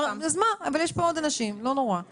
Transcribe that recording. גם בסעיף 31. בנוסף לזה יש עוד שלושה מנגנונים.